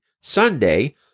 Sunday